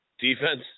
defense